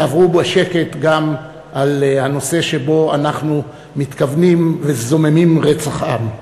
יעברו בשקט גם על הנושא שבו אנחנו מתכוונים וזוממים רצח עם.